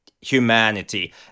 humanity